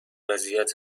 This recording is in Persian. وضعیت